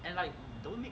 and like don't